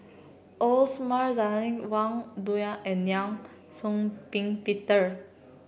Osman Zailani Wang Dayuan and Law Shau Ping Peter